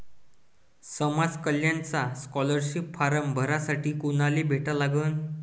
समाज कल्याणचा scholarship form भरासाठी कुनाले भेटा लागन?